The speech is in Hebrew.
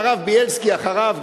והרב בילסקי אחריו,